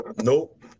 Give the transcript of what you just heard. Nope